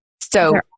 So-